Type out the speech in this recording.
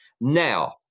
Now